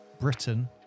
Britain